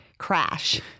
crash